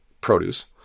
produce